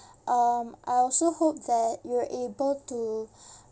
um I also hope that you're able to